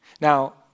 Now